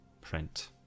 print